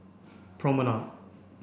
promenade